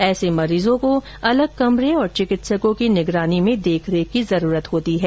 ऐसे मरीजों को अलग कमरे और चिकित्सकों की निगरानी में देखरेख की जरूरत होती है